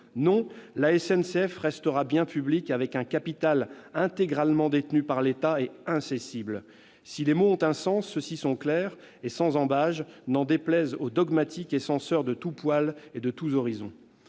Oui, la SNCF restera bien publique, avec un capital intégralement détenu par l'État et incessible ! Si les mots ont un sens, ceux-ci sont clairs et sans ambages, n'en déplaise aux dogmatiques et censeurs de tout poil et de tous horizons.